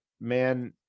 man